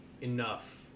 Enough